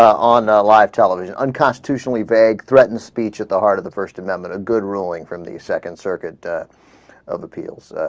on ah. live television unconstitutionally vague threatens speech at the heart of the first amendment of good ruling from the second circuit that of appeals ah.